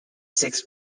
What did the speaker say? six